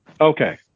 Okay